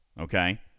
Okay